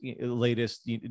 latest